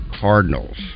Cardinals